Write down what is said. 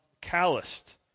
calloused